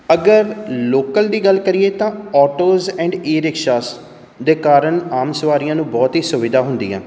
ਅਗਰ ਲੋਕਲ ਦੀ ਗੱਲ ਕਰੀਏ ਤਾਂ ਔਟੋਜ ਐਂਡ ਈ ਰਿਕਸ਼ਾਸ ਦੇ ਕਾਰਨ ਆਮ ਸਵਾਰੀਆਂ ਨੂੰ ਬਹੁਤ ਹੀ ਸੁਵਿਧਾ ਹੁੰਦੀ ਆ